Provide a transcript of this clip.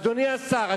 אדוני השר,